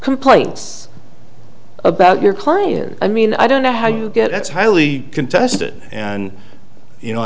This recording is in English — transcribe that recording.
complaints about your client is i mean i don't know how you get that's highly contested and you know